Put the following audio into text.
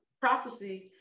prophecy